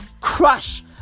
crush